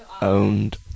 Owned